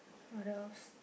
what else